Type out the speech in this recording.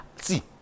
See